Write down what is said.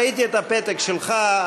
ראיתי את הפתק שלך,